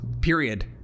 period